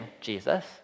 Jesus